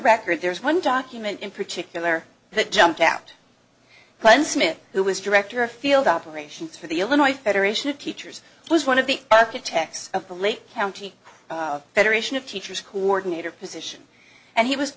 record there is one document in particular that jumped out plain smith who was director of field operations for the illinois federation of teachers was one of the architects of the lake county federation of teachers coordinator position and he was